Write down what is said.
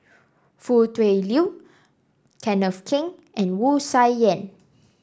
Foo Tui Liew Kenneth Keng and Wu Tsai Yen